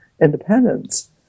independence